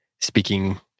speaking